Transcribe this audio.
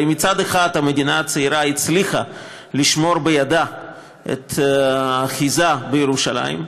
מצד אחד המדינה הצעירה הצליחה לשמור בידה את האחיזה בירושלים,